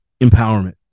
Empowerment